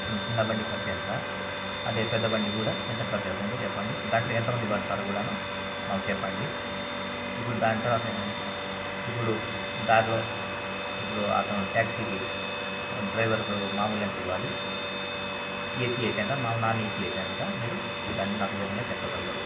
చిన్న బండి ఖర్చు ఎంత అదే పెద్ద బండి కూడా ఎంత ఖర్చు అవుతుందో చెప్పండి దాంట్లో ఎంత మంది పడతారు కూడా మాకు చెప్పండి ఇప్పుడు దాని తర్వాత ఏందంటే ఇప్పుడు దారిలో ఇప్పుడు అతను ట్యాక్సీకి డ్రైవర్కు మాములు ఎంత ఇవ్వాలి ఏసీ అయితే ఎంత మాములు నాన్ ఏసీ అయితే ఎంత మీరు దాన్ని నాకు వివరంగా చెప్పగలరు